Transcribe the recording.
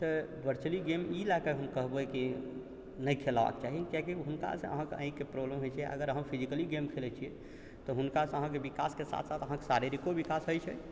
तऽ virtually game ई लए कऽ हम कहबै की नहि खेलबाके चाही किएक कि हुनकासँ अहाँके आँखिके प्रॉब्लम होइ छै अगर अहाँ फिजिक्ली गेम खेलै छी तऽ हुनकासँ अहाँके विकासके साथ साथ अहाँके शारीरिको विकास होइ छै